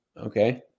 okay